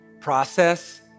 process